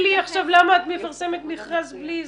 לי עכשיו למה את מפרסמת מכרז בלי זה,